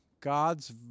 God's